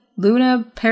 Luna